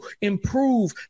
improve